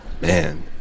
man